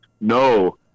No